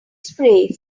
spray